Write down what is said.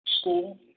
school